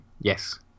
Yes